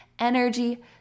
Energy